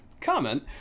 comment